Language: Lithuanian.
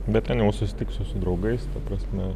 bet ten jau susitiksiu su draugais ta prasme